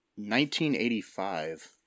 1985